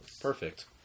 Perfect